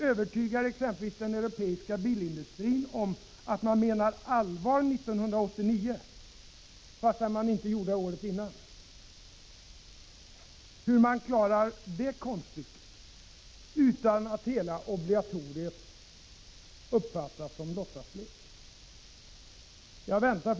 Hur övertygar man exempelvis den europeiska bilindustrin om att man menar allvar 1989 — fastän man inte gjorde det året före? Hur klarar man det konststycket, utan att hela obligatoriet uppfattas som en låtsaslek? Fru talman!